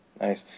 Nice